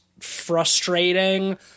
frustrating